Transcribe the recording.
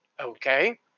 okay